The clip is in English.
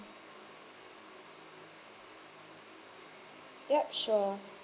yup sure